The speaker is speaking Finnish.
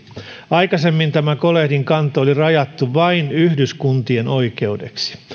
aikaisemmin tämä kolehdinkanto oli rajattu vain yhdyskuntien oikeudeksi